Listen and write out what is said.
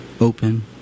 open